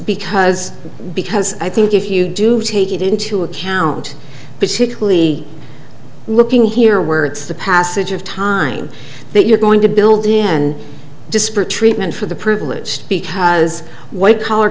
because because i think if you do take it into account particularly looking here where it's the passage of time that you're going to build then disparate treatment for the privilege because white collar